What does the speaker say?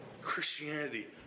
Christianity